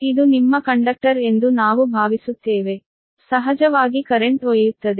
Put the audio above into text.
ಇದು ನಿಮ್ಮ ಕಂಡಕ್ಟರ್ ಎಂದು ನಾವು ಭಾವಿಸುತ್ತೇವೆ ಸಹಜವಾಗಿ ಕರೆಂಟ್ ಒಯ್ಯುತ್ತದೆ